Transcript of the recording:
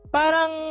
parang